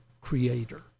creator